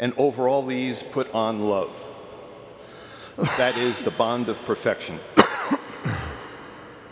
and over all these put on love that is the bond of perfection